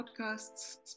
Podcasts